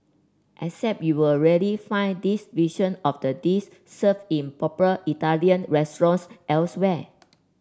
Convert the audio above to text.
except you'll rarely find this version of the dis served in proper Italian restaurants elsewhere